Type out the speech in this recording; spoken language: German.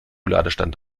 ladestand